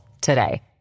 today